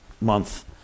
month